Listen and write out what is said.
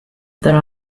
there